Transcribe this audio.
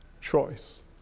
choice